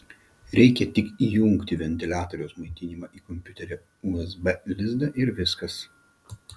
reikia tik įjungti ventiliatoriaus maitinimą į kompiuterio usb lizdą ir viskas